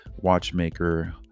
watchmaker